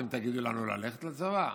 אתם תגידו לנו ללכת לצבא?